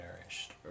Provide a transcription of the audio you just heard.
nourished